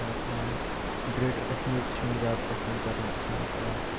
اگر بہٕ وَنہٕ گریٹَر کَشمیٖر تہِ چھُ یِوان زیادٕ پَسَنٛد کَرنہٕ سٲنِس عَلاقَس مَنٛز